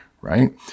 right